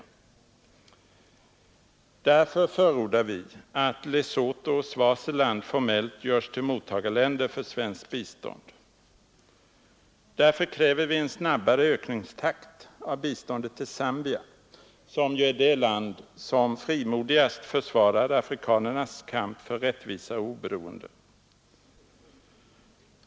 Därför förordar vi att Lesotho och Swaziland göres formellt till mottagarländer för svenskt bistånd. Därför kräver vi en snabbare ökningstakt av biståndet till Zambia som ju är det land som frimodigast försvarar afrikanernas kamp för rättvisa och oberoende.